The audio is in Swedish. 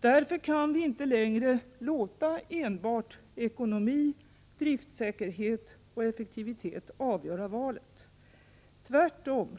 Därför kan vi inte längre låta enbart ekonomi, driftsäkerhet och effektivitet avgöra valet. Tvärtom.